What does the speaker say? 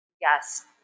Yes